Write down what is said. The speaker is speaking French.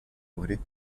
brûlés